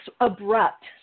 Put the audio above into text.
abrupt